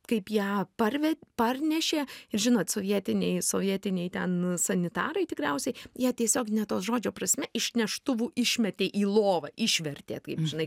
kaip ją parve parnešė ir žinot sovietiniai sovietiniai ten sanitarai tikriausiai ją tiesiogine to žodžio prasme iš neštuvų išmetė į lovą išvertė kaip žinai